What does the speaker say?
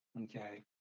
Okay